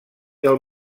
del